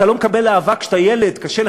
אם אתה לא מקבל אהבה כשאתה ילד,